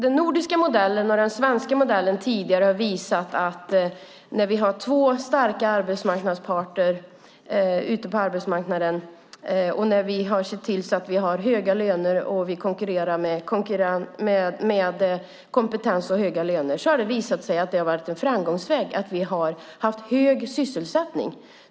Den nordiska modellen och den svenska modellen, alltså att vi har två starka arbetsmarknadsparter ute på arbetsmarknaden och vi konkurrerar med kompetens och höga löner, har visat sig vara en framgångsväg och vi har haft hög sysselsättning.